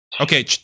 Okay